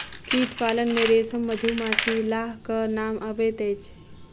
कीट पालन मे रेशम, मधुमाछी, लाहक नाम अबैत अछि